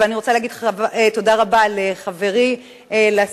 אבל אני רוצה להגיד תודה רבה לחברי לסיעה,